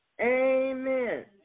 Amen